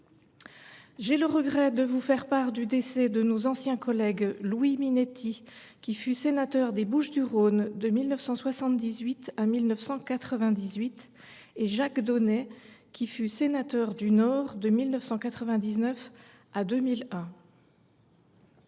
j’ai le regret de vous faire part du décès de nos anciens collègues Louis Minetti, qui fut sénateur des Bouches du Rhône de 1978 à 1998, et Jacques Donnay, qui fut sénateur du Nord de 1999 à 2001.